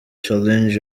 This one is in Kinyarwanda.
challenge